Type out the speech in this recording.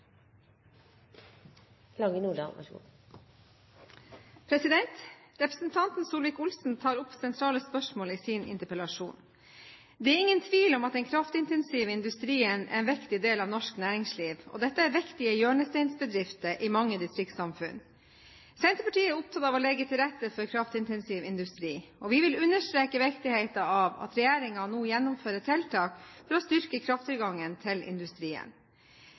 at det er så mykje metallurgisk industri igjen i Noreg. Representanten Solvik-Olsen tar opp sentrale spørsmål i sin interpellasjon. Det er ingen tvil om at den kraftintensive industrien er en viktig del av norsk næringsliv. Dette er viktige hjørnesteinsbedrifter i mange distriktssamfunn. Senterpartiet er opptatt av å legge til rette for kraftintensiv industri, og vi vil understreke viktigheten av at regjeringen nå gjennomfører tiltak for å styrke krafttilgangen til industrien.